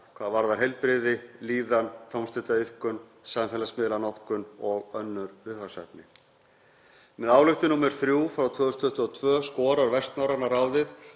hvað varðar heilbrigði, líðan, tómstundaiðkun, samfélagsmiðlanotkun og önnur viðfangsefni. Með ályktun nr. 3/2022 skorar Vestnorræna ráðið